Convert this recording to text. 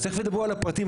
אז תכף ידברו על הפרטים,